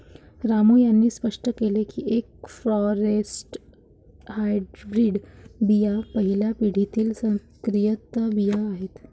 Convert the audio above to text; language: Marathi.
रामू यांनी स्पष्ट केले की एफ फॉरेस्ट हायब्रीड बिया पहिल्या पिढीतील संकरित बिया आहेत